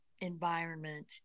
environment